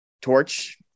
Torch